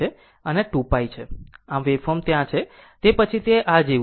આમ વેવફોર્મ ત્યાં છે તે પછી તે આ જેવું છે